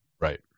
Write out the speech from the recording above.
Right